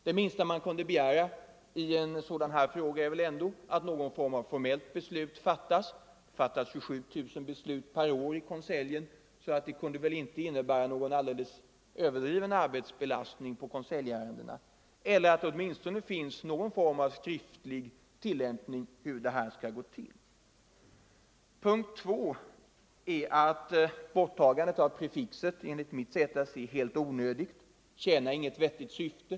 Det minsta som kan begäras i en sådan här fråga är väl att det fattas något slags formellt beslut — det fattas 27 000 beslut per år i konseljen, så det skulle inte ha inneburit någon ytterligare arbetsbelastning. För det andra är borttagandet av prefixet ”Kunglig” enligt mitt se att se helt onödigt. Det tjänar inget vettigt syfte.